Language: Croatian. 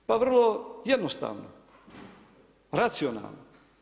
Pa vrlo jednostavno, racionalno.